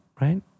Right